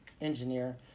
engineer